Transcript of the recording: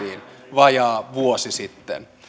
vajaa vuosi sitten